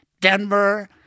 Denver